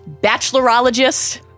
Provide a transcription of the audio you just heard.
bachelorologist